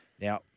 Now